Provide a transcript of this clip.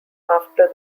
after